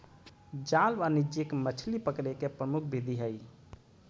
जाल वाणिज्यिक मछली पकड़े के प्रमुख विधि हइ